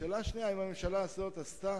והשאלה השנייה, האם הממשלה הזאת עשתה